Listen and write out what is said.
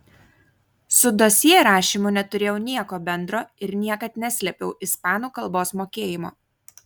su dosjė rašymu neturėjau nieko bendro ir niekad neslėpiau ispanų kalbos mokėjimo